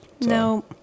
No